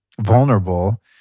vulnerable